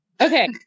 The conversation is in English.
Okay